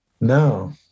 no